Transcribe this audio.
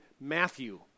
Matthew